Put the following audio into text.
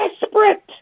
desperate